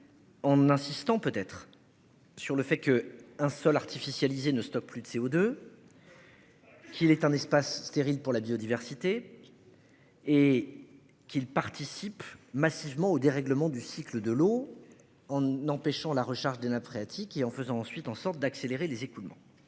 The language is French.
En insistant peut être. Sur le fait que un seul artificialiser ne stocke plus de CO2. Qu'il ait un espace stérile pour la biodiversité. Et qu'ils participent massivement au dérèglement du cycle de l'eau en empêchant la recharge des nappes phréatiques et en faisant ensuite en sorte d'accélérer les écoulements.